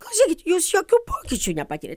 klausykit jūs jokių pokyčių nepatiriat